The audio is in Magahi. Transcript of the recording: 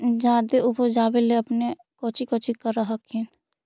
जादे उपजाबे ले अपने कौची कौची कर हखिन?